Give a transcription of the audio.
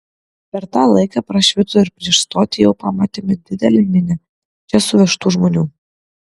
per tą laiką prašvito ir prieš stotį jau pamatėme didelę minią čia suvežtų žmonių